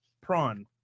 prawn